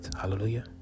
Hallelujah